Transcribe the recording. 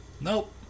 Nope